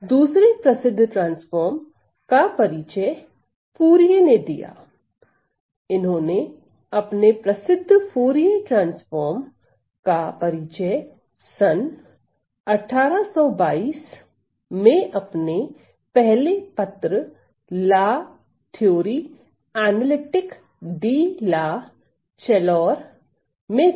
दूसरे प्रसिद्ध ट्रांसफार्म का परिचय फूरिये ने दिया इन्होंने अपने प्रसिद्ध फूरिये ट्रांसफॉर्म का परिचय सन् 1822 में अपने पहले पत्र ला थ्योरी अनलिटिक डी ला चालूर में दिया